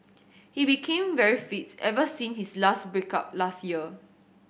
he became very fit ever since his break up last year